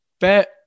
Bet